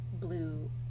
blue